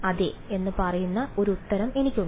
അതെ എന്ന് പറയുന്ന ഒരു ഉത്തരം എനിക്കുണ്ട്